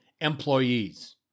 employees